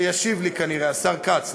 שישיב לי כנראה, השר כץ.